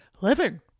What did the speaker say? living